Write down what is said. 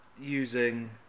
using